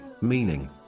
meaning